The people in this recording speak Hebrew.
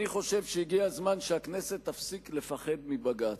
אני חושב שהגיע הזמן שהכנסת תפסיק לפחד מבג"ץ.